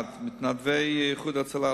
מתנדבי "איחוד הצלה",